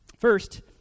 First